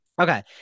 okay